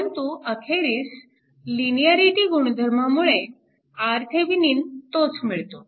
परंतु अखेरीस लिनिअरिटी गुणधर्मामुळे RThevenin तोच मिळतो